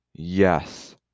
Yes